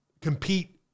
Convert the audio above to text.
compete